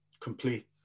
complete